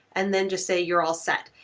and then just say you're all set.